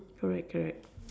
correct correct